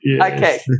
Okay